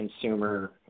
consumer